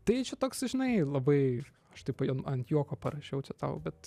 tai čia toks žinai labai aš taip ant juoko parašiau čia tau bet